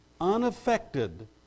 unaffected